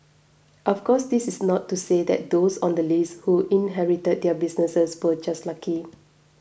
of course this is not to say that those on the list who inherited their businesses were just lucky